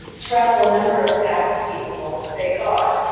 travel a number of staff people, they thought,